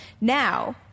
Now